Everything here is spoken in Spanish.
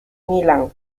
millán